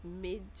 mid